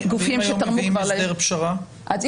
גופים שתרמו כבר --- ברור.